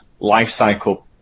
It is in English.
lifecycle